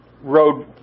road